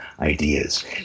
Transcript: ideas